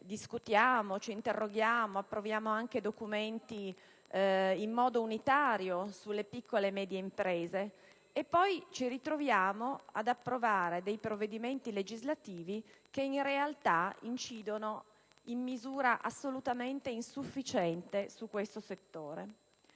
discutiamo e ci interroghiamo, approvando anche documenti in modo unitario, in ordine alle piccole e medie imprese e poi ci ritroviamo ad approvare provvedimenti legislativi che in realtà incidono in misura assolutamente insufficiente su tale settore.